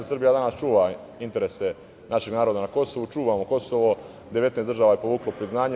Srbija danas čuva interese našeg naroda na Kosovu, čuvamo Kosovo, 19 država je povuklo priznanje.